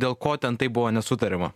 dėl ko ten taip buvo nesutariama